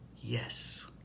Yes